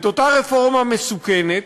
את אותה רפורמה מסוכנת,